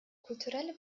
kulturelle